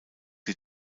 sie